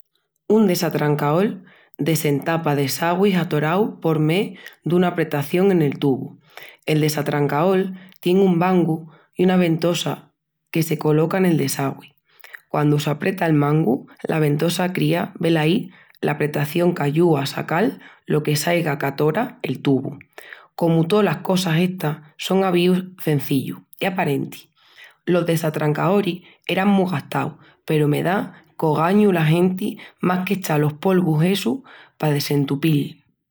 Un desatrancaol desentapa desagüis atoraus por mé d'una apretación en el tubu. El desatrancaol tien un mangu i una ventosa que se coloca nel desagüi. Quandu s'apreta el mangu, la ventosa cria velaí l'apretación qu'ayúa a sacal lo que sea qu'aiga qu'atora el tubu. Comu tolas cosas estas son avíus cenzillus i aparentis. Los desatrancaoris eran mu gastaus peru me da qu'ogañu la genti más qu'echa los polvus essus pa desentupil.